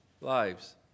lives